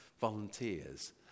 volunteers